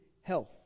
health